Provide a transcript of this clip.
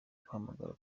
guhamagara